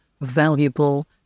valuable